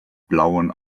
blauen